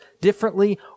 differently